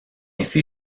aussi